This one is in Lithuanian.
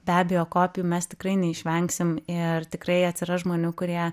be abejo kopijų mes tikrai neišvengsim ir tikrai atsiras žmonių kurie